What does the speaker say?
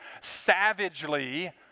savagely